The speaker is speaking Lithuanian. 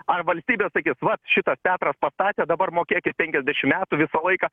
ar valstybė sakys vat šitas petras pastatė dabar mokėkit penkiasdešimt metų visą laiką